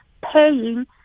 paying